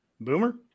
boomer